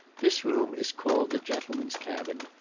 this room is called the gentlemen's cabin,